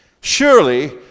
Surely